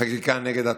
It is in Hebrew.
חקיקה נגד התורה,